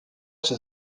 czy